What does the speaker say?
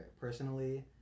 personally